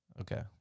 Okay